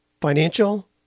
financial